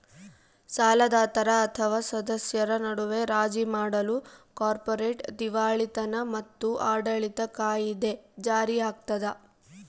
ಸಾಲದಾತರ ಅಥವಾ ಸದಸ್ಯರ ನಡುವೆ ರಾಜಿ ಮಾಡಲು ಕಾರ್ಪೊರೇಟ್ ದಿವಾಳಿತನ ಮತ್ತು ಆಡಳಿತ ಕಾಯಿದೆ ಜಾರಿಯಾಗ್ತದ